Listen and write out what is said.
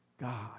God